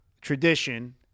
tradition